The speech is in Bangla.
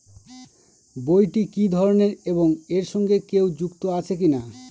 বইটি কি ধরনের এবং এর সঙ্গে কেউ যুক্ত আছে কিনা?